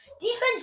Defense